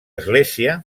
església